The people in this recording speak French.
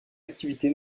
activité